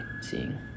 seeing